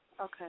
Okay